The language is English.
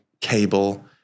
cable